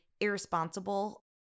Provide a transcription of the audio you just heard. irresponsible